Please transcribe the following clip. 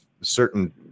certain